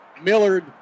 Millard